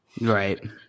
Right